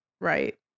right